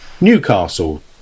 newcastle